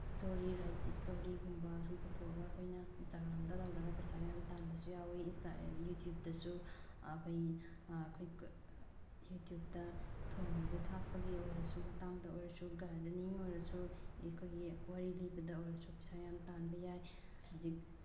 story ꯔꯥꯏꯇꯤꯁ ꯏꯁꯇꯣꯔꯤꯒꯨꯝꯕ ꯁꯨꯝ ꯄꯨꯊꯣꯛꯑꯒ ꯑꯩꯈꯣꯏꯅ ꯏꯟꯁꯇꯒ꯭ꯔꯥꯝꯗ ꯇꯧꯔꯒ ꯄꯩꯁꯥ ꯌꯥꯝ ꯇꯥꯟꯕꯁꯨ ꯌꯥꯎꯋꯤ ꯌꯨꯇꯨꯞꯕꯇꯁꯨ ꯑꯩꯈꯣꯏ ꯑꯩꯈꯣꯏ ꯌꯨꯇꯨꯞꯇ ꯊꯣꯡꯕꯒꯤ ꯊꯥꯛꯄꯒꯤ ꯑꯣꯏꯔꯁꯨ ꯃꯇꯥꯡꯗ ꯑꯣꯏꯔꯁꯨ ꯒꯥꯔꯗꯦꯅꯤꯡ ꯑꯣꯏꯔꯁꯨ ꯑꯩꯈꯣꯏꯒꯤ ꯋꯥꯔꯤ ꯂꯤꯕꯗ ꯑꯣꯏꯔꯁꯨ ꯄꯩꯁꯥ ꯌꯥꯝ ꯇꯥꯟꯕ ꯌꯥꯏ ꯍꯧꯖꯤꯛ